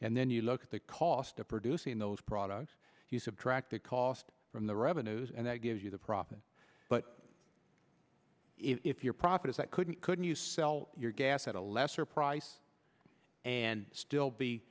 and then you look at the cost of producing those products you subtract the cost from the revenues and that gives you the profit but if your profit is that couldn't couldn't you sell your gas at a lesser price and still be